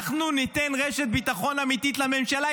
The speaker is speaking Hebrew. אנחנו ניתן רשת ביטחון אמיתית לממשלה,